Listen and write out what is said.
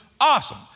Awesome